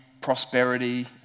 prosperity